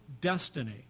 Destiny